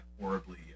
horribly